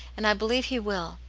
and i believe he will.